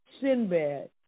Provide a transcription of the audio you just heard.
Sinbad